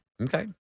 Okay